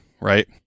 right